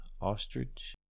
ostrich